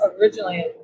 originally